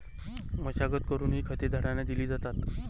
मशागत करूनही खते झाडांना दिली जातात